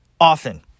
Often